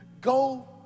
go